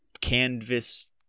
canvas